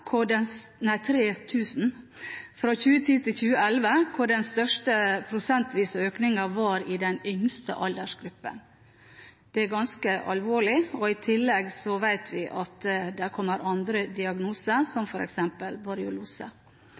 hvor den største prosentvise økningen var i de yngste aldersgruppene. Det er ganske alvorlig. Vi vet at det i tillegg kommer andre diagnoser som f.eks. borreliose. Dette viser at